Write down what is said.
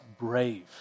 brave